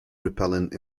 repellent